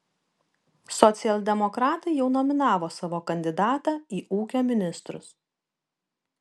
socialdemokratai jau nominavo savo kandidatą į ūkio ministrus